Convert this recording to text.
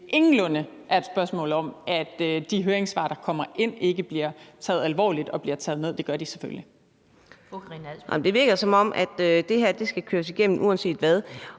ingenlunde er et spørgsmål om, at de høringssvar, der kommer ind, ikke bliver taget alvorligt og ikke bliver taget ned. Det gør de selvfølgelig. Kl. 15:37 Den fg. formand (Annette Lind):